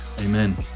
Amen